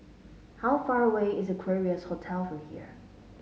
how far away is Equarius Hotel from here